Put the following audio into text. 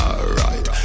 Alright